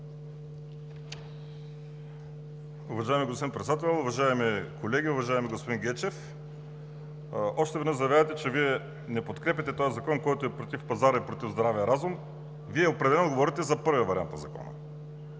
Вие определено говорите за първия вариант на Закона,